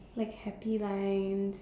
like happy lines